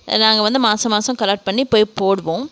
நாங்கள் வந்து மாத மாதம் கலெக்ட் பண்ணி போய் போடுவோம்